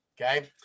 okay